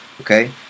okay